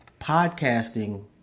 podcasting